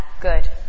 Good